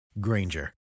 Granger